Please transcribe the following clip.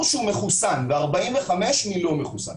שהוא מחוסן ו-45 אחוזים מהציבור שהוא לא מחוסן.